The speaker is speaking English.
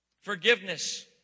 Forgiveness